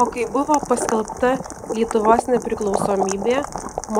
o kai buvo paskelbta lietuvos nepriklausomybė